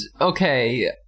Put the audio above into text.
okay